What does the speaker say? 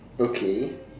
okay